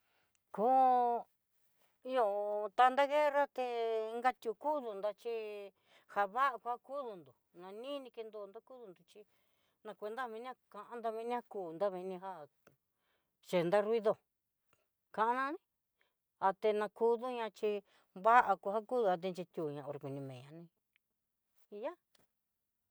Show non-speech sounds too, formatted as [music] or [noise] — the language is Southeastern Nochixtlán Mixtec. Ko [hesitation] ihó tán té guerra té inga tió kudu nrochi java va kudunro na ninni kidonró, kudonro chí nakuenta mini kándo mini kun mini jan, chenda nruido kanani até na kúdo ña chí va'a kuakudo aten chituaña okerimeña ní hi yá.